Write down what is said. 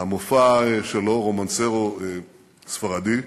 המופע שלו "רומנסרו ספרדי"